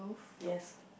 yes